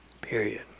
period